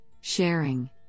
sharing